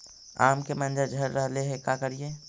आम के मंजर झड़ रहले हे का करियै?